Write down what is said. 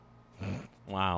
Wow